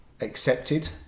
accepted